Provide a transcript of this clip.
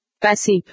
Passive